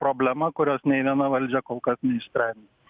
problema kurios nei viena valdžia kol kas neišsprendė